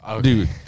dude